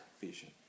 vision